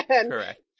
correct